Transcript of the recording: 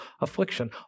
affliction